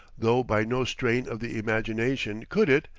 though by no strain of the imagination could it,